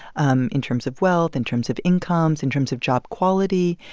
um in terms of wealth, in terms of incomes in terms of job quality.